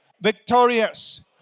victorious